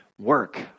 work